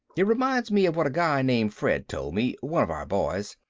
it reminds me of what a guy named fred told me, one of our boys.